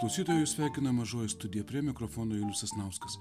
klausytojus sveikina mažoji studija prie mikrofono julius sasnauskas